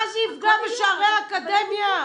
מה זה יפגע בשערי האקדמיה?